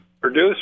Produce